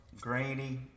grainy